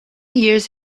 years